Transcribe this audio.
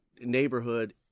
neighborhood